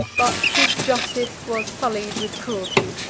but his justice was sullied with cruelty,